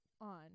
on